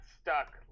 stuck